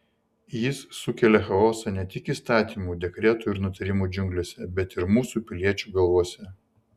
jis sukelia chaosą ne tik įstatymų dekretų ir nutarimų džiunglėse bet ir mūsų piliečių galvose